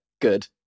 good